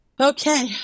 okay